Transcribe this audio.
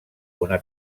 una